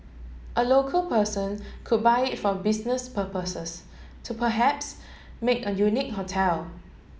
a local person could buy it for business purposes to perhaps make a unique hotel